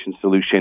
solution